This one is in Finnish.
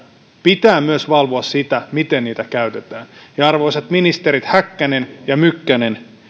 pitää myös valvoa sitä miten niitä käytetään arvoisat ministerit häkkänen ja mykkänen